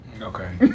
Okay